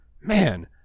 Man